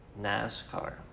NASCAR